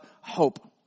hope